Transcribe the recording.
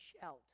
shout